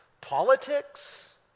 Politics